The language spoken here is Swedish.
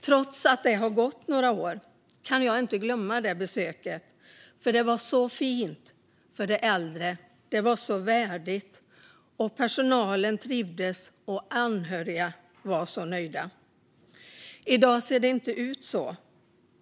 Trots att det nu har gått några år kan jag inte glömma det besöket, för det var så fint för de äldre. Det var så värdigt. Personalen trivdes, och de anhöriga var så nöjda. I dag ser det inte ut så.